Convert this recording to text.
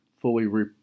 fully